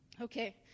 Okay